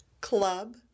Club